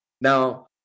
Now